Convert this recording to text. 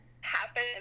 happen